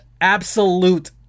absolute